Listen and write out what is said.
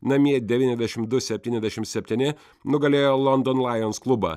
namie devyniasdešimt du septyniasdešimt septyni nugalėjo londono lajons klubą